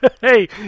hey